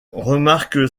remarque